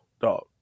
dog